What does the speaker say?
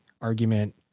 argument